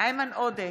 איימן עודה,